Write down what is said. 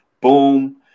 Boom